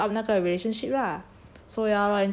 you know slowly that build up 那个 relationship lah